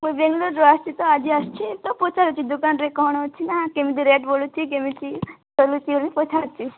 ମୁଁ ବାଙ୍ଗାଲୋର୍ରୁ ଆସଛି ତ ଆଜି ଆସିଛି ତ ପଚାରୁଛି ଦୋକାନରେ କ'ଣ ଅଛି ନା କେମିତି ରେଟ୍ ବଢୁଛି କେମିତି ଚଲୁଛି ବୋଲି ପଚାରୁଛି